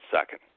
second